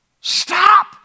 Stop